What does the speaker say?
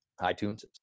iTunes